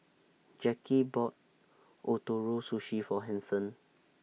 Jacki bought Ootoro Sushi For Hanson